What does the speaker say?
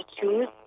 choose